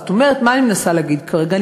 זאת אומרת, מה אני מנסה להגיד כרגע?